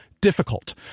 difficult